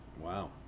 Wow